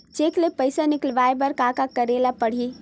Cheque ले पईसा निकलवाय बर का का करे ल पड़हि?